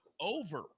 over